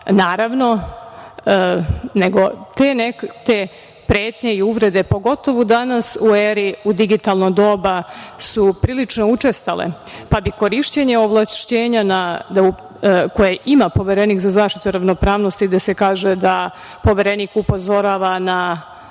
naravno, nego te pretnje i uvrede, pogotovo danas u eri digitalnog doba su prilično učestale, pa bi korišćenje ovlašćenja koje ima Poverenik za zaštitu ravnopravno, gde se kaže da Poverenik upozorava na